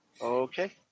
Okay